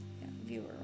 Viewer